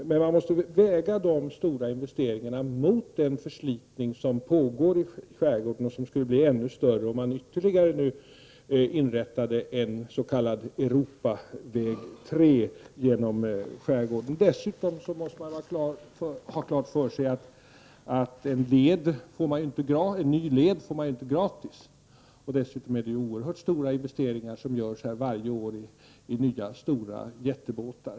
Man måste väga dessa stora investeringar mot den förslitning som pågår i skärgården och som skulle bli ännu större om en ytterligare s.k. Europaväg 3 skulle inrättas genom skärgården. Dessutom måste man ha klart för sig att man inte får en ny led gratis. Varje år görs oerhört stora investeringar i nya stora jättebåtar.